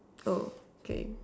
oh K